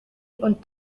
und